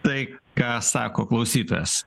tai ką sako klausytojas